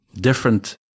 different